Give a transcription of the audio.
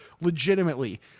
legitimately